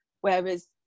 Whereas